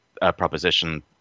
proposition